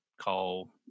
call